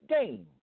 game